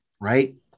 Right